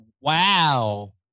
wow